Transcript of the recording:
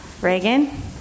Reagan